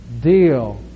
Deal